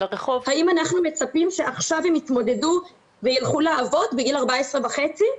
האם אנחנו מצפים שעכשיו הם יתמודדו וילכו לעבוד בגיל 14.5?